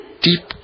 deep